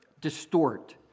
distort